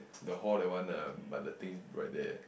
the hall that one ah but the things right there